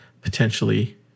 potentially